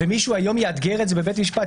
ומישהו היום יאתגר את זה בבית משפט,